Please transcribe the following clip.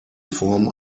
form